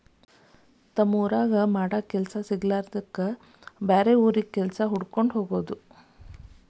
ತಮ್ಮ ಊರಾಗ ಮಾಡಾಕ ಕೆಲಸಾ ಸಿಗಲಾರದ್ದಕ್ಕ ಬ್ಯಾರೆ ಊರಿಗೆ ಕೆಲಸಾ ಹುಡಕ್ಕೊಂಡ ಹೊಗುದು